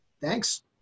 Thanks